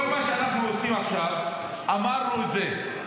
כל מה שאנחנו עושים עכשיו, אמרנו את זה.